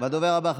תודה רבה.